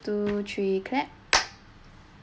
two three clap